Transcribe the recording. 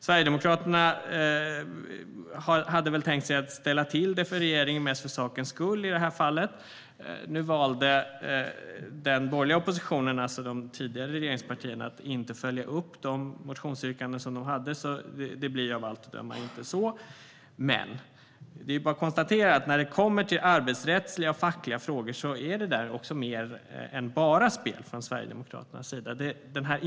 Sverigedemokraterna hade väl tänkt sig att ställa till det för regeringen mest för sakens skull i det här fallet. Nu valde de tidigare regeringspartierna i den borgerliga oppositionen att inte följa upp de motionsyrkanden de hade, så det blir av allt att döma inte så. För det andra är det bara att konstatera att det där är mer än bara spel från Sverigedemokraternas sida i arbetsrättsliga och fackliga frågor.